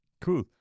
Cool